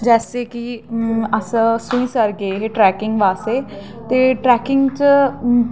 जैसे के अस सरूईंसर गेदे हे ट्रैकिंग आस्तै ते ट्रैकिंग च